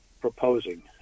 proposing